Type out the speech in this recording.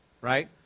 right